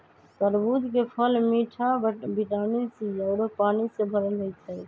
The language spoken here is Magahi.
तरबूज के फल मिठ आ विटामिन सी आउरो पानी से भरल होई छई